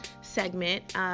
segment